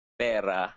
pera